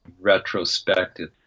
retrospective